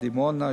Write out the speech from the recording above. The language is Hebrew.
דימונה,